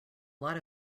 lot